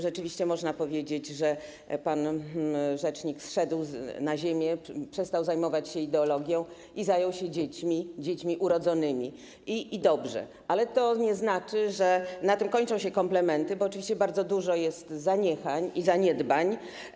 Rzeczywiście można powiedzieć, że pan rzecznik zszedł na ziemię, przestał zajmować się ideologią i zajął się dziećmi, dziećmi urodzonymi, i dobrze, ale na tym kończą się komplementy, bo oczywiście jest bardzo dużo zaniechań i zaniedbań.